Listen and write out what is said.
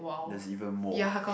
that's even more